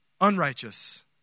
unrighteous